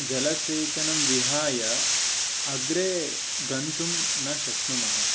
जलसेचनं विहाय अग्रे गन्तुं न शक्नुमः